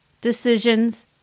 decisions